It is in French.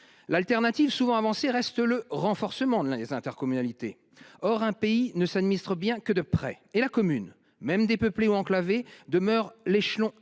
qui est souvent avancée reste le renforcement des intercommunalités. Or un pays ne s'administre bien que de près, et la commune, même dépeuplée ou enclavée, demeure l'échelon